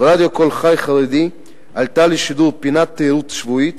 ברדיו "קול חי" החרדי עלתה לשידור פינת תיירות שבועית